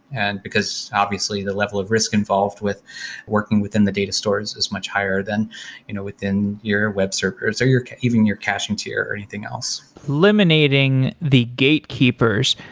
and because obviously the level of risk involved with working within the data stores is much higher than you know within your web server or so even your caching tear or anything else. eliminating the gatekeepers.